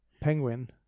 Penguin